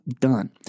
done